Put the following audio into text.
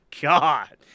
God